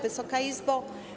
Wysoka Izbo!